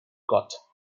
got